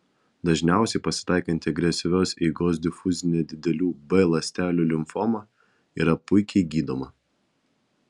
dažniausiai pasitaikanti agresyvios eigos difuzinė didelių b ląstelių limfoma yra puikiai gydoma